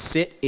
Sit